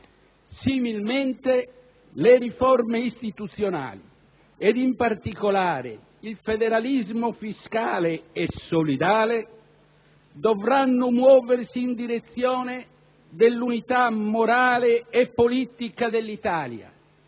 Similmente, le riforme istituzionali ed in particolare il federalismo fiscale e solidale dovranno muoversi in direzione dell'unità morale e politica dell'Italia,